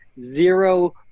zero